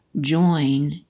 join